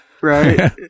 Right